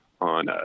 on